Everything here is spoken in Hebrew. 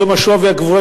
יום השואה והגבורה,